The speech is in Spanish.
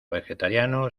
vegetariano